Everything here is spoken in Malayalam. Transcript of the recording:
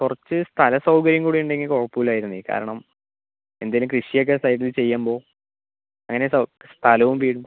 കുറച്ച് സ്ഥല സൗകര്യം കൂടി ഉണ്ടെങ്കിൽ കുഴപ്പമില്ലാരുന്നു കാരണം എന്തെങ്കിലും കൃഷിയൊക്കെ സൈഡിൽ ചെയ്യുമ്പോൾ അങ്ങനെ സ്ഥലവും വീടും